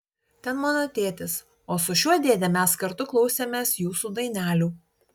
ten mano tėtis o su šiuo dėde mes kartu klausėmės jūsų dainelių